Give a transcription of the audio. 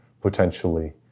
potentially